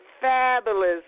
fabulous